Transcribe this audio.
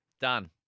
Done